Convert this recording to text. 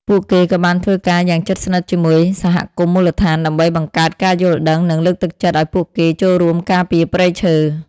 ពួកគេក៏បានធ្វើការយ៉ាងជិតស្និទ្ធជាមួយសហគមន៍មូលដ្ឋានដើម្បីបង្កើតការយល់ដឹង និងលើកទឹកចិត្តឱ្យពួកគេចូលរួមការពារព្រៃឈើ។